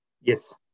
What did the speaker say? Yes